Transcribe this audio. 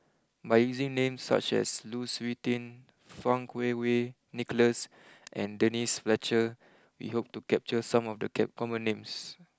by using names such as Lu Suitin Fang Kuo Wei Nicholas and Denise Fletcher we hope to capture some of the common names